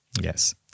Yes